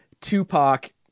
Tupac